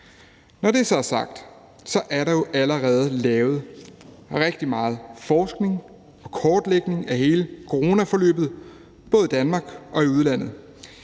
Når det så er sagt, er der jo allerede lavet rigtig meget forskning og kortlægning af hele coronaforløbet både i Danmark og i udlandet.